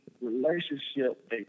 relationship